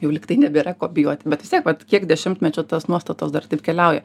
jau lyg tai nebėra ko bijoti bet vis tiek vat kiek dešimtmečių tos nuostatos dar taip keliauja